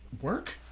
work